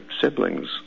siblings